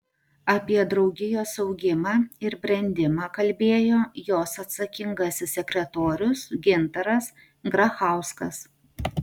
apie draugijos augimą ir brendimą kalbėjo jos atsakingasis sekretorius gintaras grachauskas